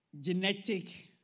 genetic